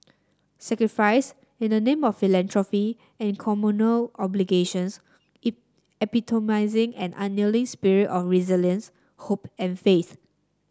sacrifices in the name of philanthropy and communal obligations epitomising an unyielding spirit of resilience hope and faith